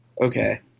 Okay